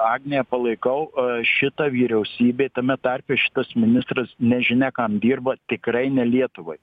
agnę palaikau šita vyriausybė tame tarpe šitas ministras nežinia kam dirba tikrai ne lietuvai